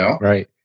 Right